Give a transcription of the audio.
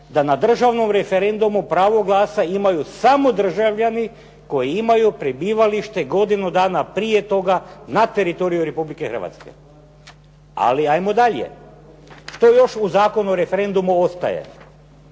da na državnom referendumu pravo glasa imaju samo državljani koji imaju prebivalište godinu dana prije toga na teritoriju Republike Hrvatske. Ali 'ajmo dalje. Što još u Zakonu o referendumu ostaje?